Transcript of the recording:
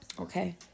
Okay